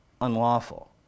unlawful